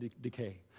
decay